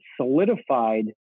solidified